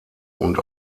und